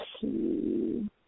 see